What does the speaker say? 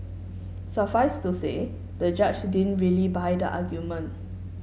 suffice to say the judge didn't really buy the argument